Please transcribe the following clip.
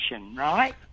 right